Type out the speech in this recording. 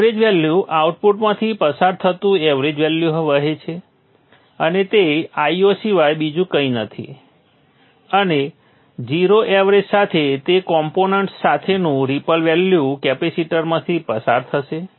average value આઉટપુટમાંથી પસાર થતું એવરેજ વેલ્યુ વહે છે અને તે Io સિવાય બીજું કંઈ નથી અને 0 એવરેજ સાથે તે કોમ્પોનન્ટ સાથેનું રિપલ વેલ્યુ કેપેસિટરમાંથી પસાર થશે